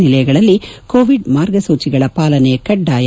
ನಿಲಯಗಳಲ್ಲಿ Covid ಮಾರ್ಗಸೂಚಿಗಳ ಪಾಲನೆ ಕಡ್ಡಾಯ